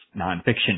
nonfiction